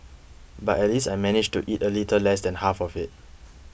but at least I managed to eat a little less than half of it